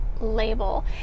label